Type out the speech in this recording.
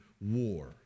war